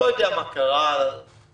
זה לא משפיע על מי שבחוץ.